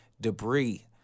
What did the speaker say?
debris